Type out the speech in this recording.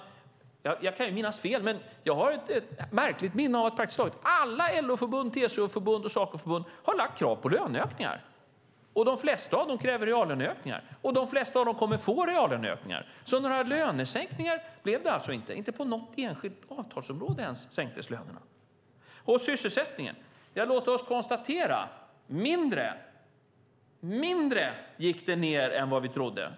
Jag kan minnas fel, men jag har ett märkligt minne av att praktiskt taget alla LO-förbund, TCO-förbund och Sacoförbund har lagt fram krav på löneökningar. De flesta av dem kräver reallöneökningar, och de flesta av dem kommer att få reallöneökningar. Några lönesänkningar blev det alltså inte. Inte ens på något enskilt avtalsområde sänktes lönerna. Vi kan konstatera att sysselsättningen gick ned mindre än vad vi trodde.